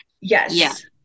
Yes